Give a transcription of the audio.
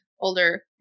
older